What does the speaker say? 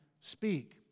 speak